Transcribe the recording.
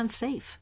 unsafe